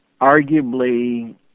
arguably